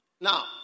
Now